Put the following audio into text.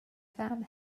fam